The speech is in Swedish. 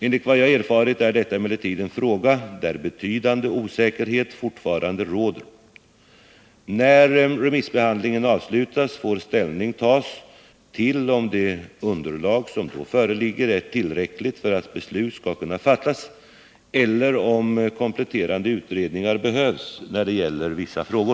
Enligt vad jag erfarit är detta emellertid en fråga där betydande osäkerhet fortfarande råder. När remissbehandlingen avslutats får ställning tas till om det underlag som då föreligger är tillräckligt för att beslut skall kunna fattas eller om kompletterande utredningar behövs när det gäller vissa frågor.